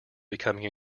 becoming